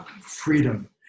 freedom